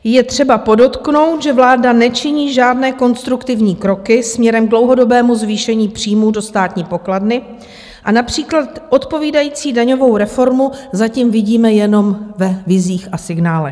Je třeba podotknout, že vláda nečiní žádné konstruktivní kroky směrem k dlouhodobému zvýšení příjmů do státní pokladny a například odpovídající daňovou reformu zatím vidíme jenom ve vizích a signálech.